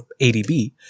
ADB